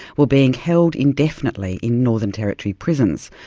were being held indefinitely in northern territory prisons,